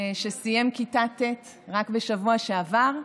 שסיים כיתת ט' רק בשבוע שעבר,